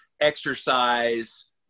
exercise